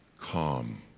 calm,